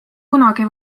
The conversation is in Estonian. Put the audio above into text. kunagi